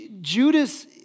Judas